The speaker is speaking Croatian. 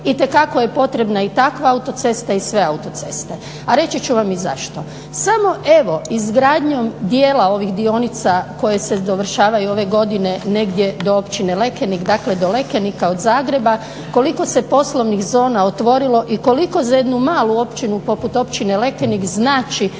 Itekako je potrebna i takva autocesta i sve autoceste. A reći ću vam i zašto. Samo evo izgradnjom dijela ovih dionica koje se dovršavaju ove godine do Općine Lekenik, dakle do Lekenika od Zagreba koliko se poslovnih zona otvorilo i koliko za jednu malu općinu poput Općine Lekenik znači